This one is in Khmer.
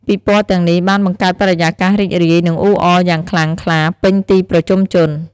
ពិព័រណ៍ទាំងនេះ បានបង្កើតបរិយាកាសរីករាយ និងអ៊ូអរយ៉ាងខ្លាំងក្លាពេញទីប្រជុំជន។